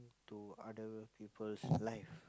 to other people's life